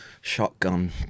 Shotgun